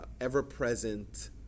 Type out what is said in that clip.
ever-present